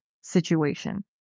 situation